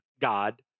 God